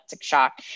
shock